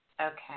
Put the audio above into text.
Okay